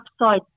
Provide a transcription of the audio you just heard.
upside